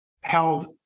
held